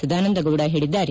ಸದಾನಂದಗೌಡ ಹೇಳಿದ್ದಾರೆ